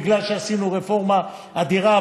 בגלל שעשינו רפורמה אדירה,